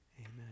amen